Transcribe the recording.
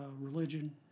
religion